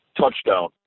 touchdown